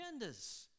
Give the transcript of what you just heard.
agendas